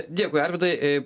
dėkui arvydai